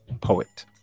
poet